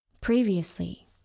Previously